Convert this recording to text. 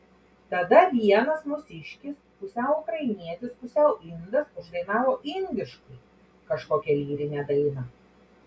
tada vienas mūsiškis pusiau ukrainietis pusiau indas uždainavo indiškai kažkokią lyrinę dainą